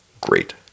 great